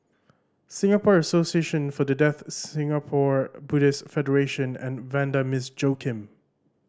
Singapore Association For The Deaf Singapore Buddhist Federation and Vanda Miss Joaquim